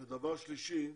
ודבר שלישי,